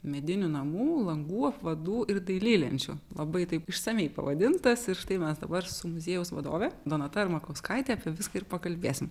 medinių namų langų apvadų ir dailylenčių labai taip išsamiai pavadintas ir štai mes dabar su muziejaus vadovė donata armakauskaite apie viską ir pakalbėsim